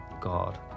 God